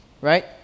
right